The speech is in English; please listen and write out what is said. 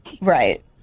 right